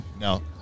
No